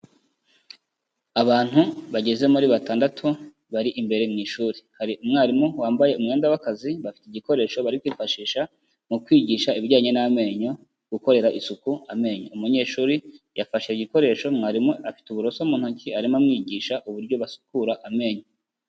Abantu bageze muri batandatu bari imbere mu ishuri, hari umwarimu wambaye umwenda w'akazi bafite igikoresho bari kwifashisha mu kwigisha ibijyanye n'amenyo, gukorera isuku amenyo, umunyeshuri yafashe igikoresho mwarimu afite uburoso mu ntoki arimo amwigisha uburyo basukura amenyo.